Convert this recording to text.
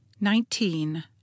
nineteen